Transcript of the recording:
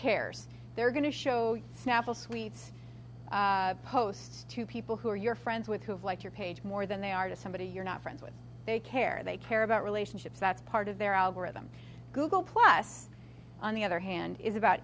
cares they're going to show snapple suites posts to people who are your friends with who've liked your page more than they are to somebody you're not friends with they care they care about relationships that's part of their algorithm google plus on the other hand is about